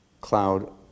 cloud